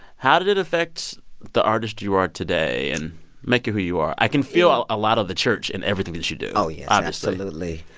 how did it affect the artist you are today and make you who you are? i can feel a lot of the church in everything that you do yes, yeah ah absolutely.